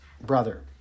brother